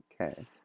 Okay